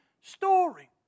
story